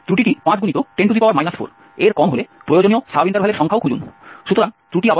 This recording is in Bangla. ত্রুটিটি 5×10 4 এর কম হলে প্রয়োজনীয় সাব ইন্টারভালের সংখ্যাও খুঁজুন